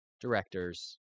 directors